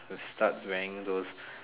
start wearing those